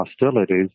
hostilities